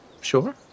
Sure